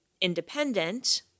independent